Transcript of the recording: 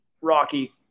rocky